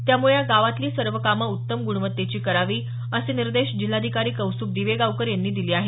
त्यामुळे या गावातली सर्व कामं उत्तम गुणवत्तेची करावी असे निर्देश जिल्हाधिकारी कौस्तुभ दिवेगावकर यांनी दिले आहेत